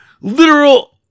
literal